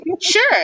Sure